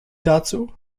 dazu